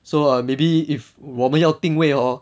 so maybe if 我们要订位 hor